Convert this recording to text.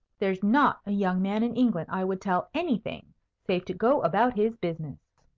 there's not a young man in england i would tell anything save to go about his business.